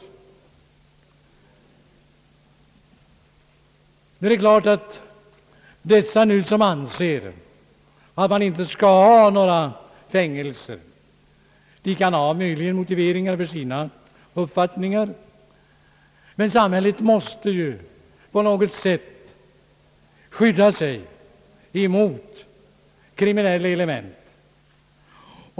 Det är klart att de som nu anser att man inte skall ha några fängelser möjligen kan ha motiveringar för sina uppfattningar, men samhället måste ju på något sätt skydda sig mot kriminella element.